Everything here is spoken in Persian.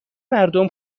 مردم